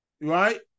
right